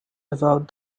about